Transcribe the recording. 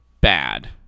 bad